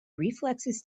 reflexes